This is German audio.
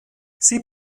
sie